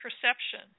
perception